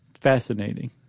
Fascinating